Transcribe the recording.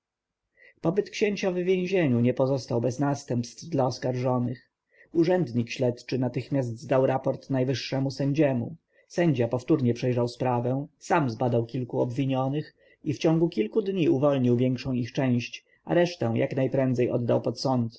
pobyt księcia w więzieniu nie pozostał bez następstw dla oskarżonych urzędnik śledczy natychmiast zdał raport najwyższemu sędziemu sędzia powtórnie przejrzał sprawę sam zbadał kilku obwinionych i w ciągu kilku dni uwolnił większą ich część a resztę jak najprędzej oddał pod